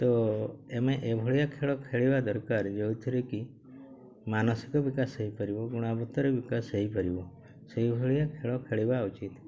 ତ ଆମେ ଏଭଳିଆ ଖେଳ ଖେଳିବା ଦରକାର ଯେଉଁଥିରେ କି ମାନସିକ ବିକାଶ ହେଇପାରିବ ଗୁଣବତ୍ତାର ବିକାଶ ହେଇପାରିବ ସେଇଭଳିଆ ଖେଳ ଖେଳିବା ଉଚିତ୍